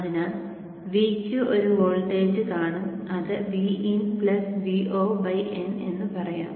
അതിനാൽ Vq ഒരു voltage കാണും അത് Vin Vo n എന്ന് പറയാം